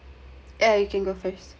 yeah you can go first